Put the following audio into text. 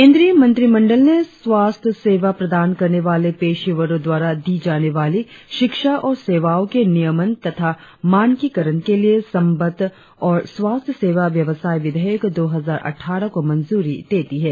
केंद्रीय मंत्रिमंडल ने स्वास्थ्य सेवा प्रदान करने वाले पेशेवरों द्वारा दी जाने वाली शिक्षा और सेवाओं के नियमन तथा मानकीकरण के लिए सबंध और स्वास्थ्य सेवा व्यवसाय विधेयक दो हजार अटठारह को मंजूरी दे दी है